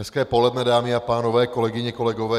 Hezké poledne, dámy a pánové, kolegyně, kolegové.